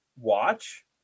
watch